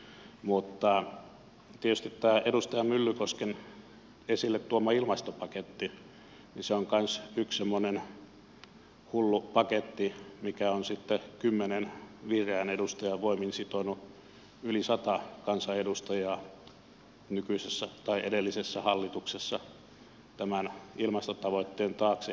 mutta tietysti tämä edustaja myllykosken esille tuoma ilmastopaketti on kanssa yksi semmoinen hullu paketti mikä on kymmenen vihreän edustajan voimin sitonut yli sata kansanedustajaa nykyisessä tai edellisessä hallituksessa tämän ilmastotavoitteen taakse